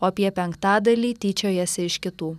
o apie penktadalį tyčiojasi iš kitų